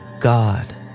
god